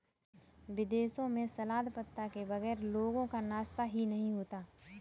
विदेशों में सलाद पत्ता के बगैर लोगों का नाश्ता ही नहीं होता